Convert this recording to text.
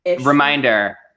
Reminder